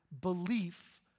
belief